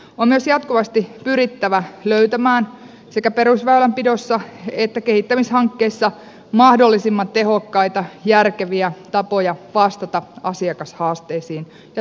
on myös jatkuvasti pyrittävä löytämään sekä perusväylänpidossa että kehittämishankkeissa mahdollisimman tehokkaita järkeviä tapoja vastata asiakashaasteisiin ja tarpeisiin